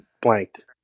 blanked